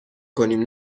کنیم